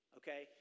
okay